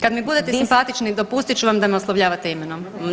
Kad mi budete simpatični dopustit ću vam da me oslovljavate imenom.